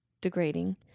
Degrading